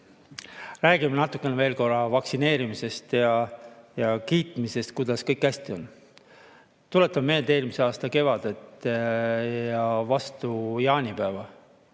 Räägime natukene veel korra vaktsineerimisest ja kiitmisest, kuidas kõik hästi on. Tuletan meelde eelmise aasta kevadet, vastu jaanipäeva.